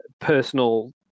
personal